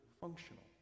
functional